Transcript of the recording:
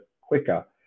quicker